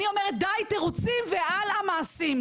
אני אומרת: די תירוצים והלאה מעשים.